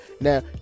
Now